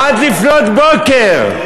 עד לפנות בוקר.